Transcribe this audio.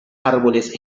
árboles